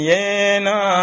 Yena